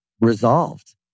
resolved